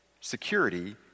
security